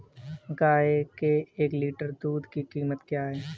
गाय के एक लीटर दूध की क्या कीमत है?